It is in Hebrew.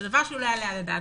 זה דבר שלא יעלה על הדעת.